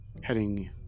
heading